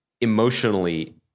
emotionally